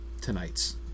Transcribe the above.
tonight's